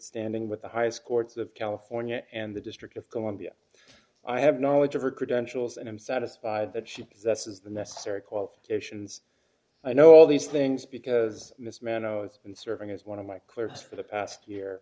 standing with the highest courts of california and the district of columbia i have knowledge of her credentials and i'm satisfied that she possesses the necessary qualifications i know all these things because this man know it's been serving as one of my clerks for the past year